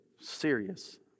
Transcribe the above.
serious